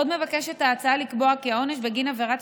עוד מבקשת ההצעה לקבוע כי העונש בגין עבירת